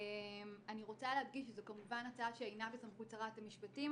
אני רוצה להדגיש שזו כמובן הצעה שאינה בסמכות שרת המשפטים,